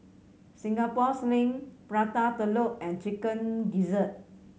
Singapore Sling Prata Telur and Chicken Gizzard